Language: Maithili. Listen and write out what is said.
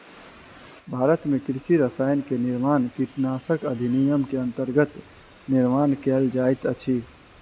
भारत में कृषि रसायन के निर्माण कीटनाशक अधिनियम के अंतर्गत निर्माण कएल जाइत अछि